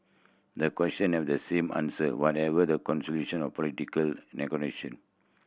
the question have the same answer whatever the conclusion of political negotiation